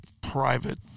private